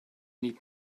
need